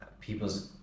people's